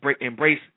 Embrace